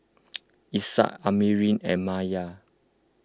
Ishak Amrin and Maya